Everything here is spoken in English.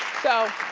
so,